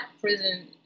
prison